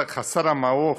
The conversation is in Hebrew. חסר המעוף,